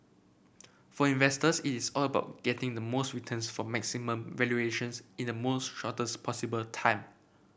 for investors it is all about getting the most returns from maximum valuations in the most shortest possible time